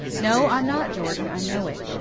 no, i'm not, jordan, i know it.